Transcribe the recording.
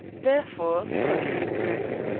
therefore, continued bruce,